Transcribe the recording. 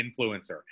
influencer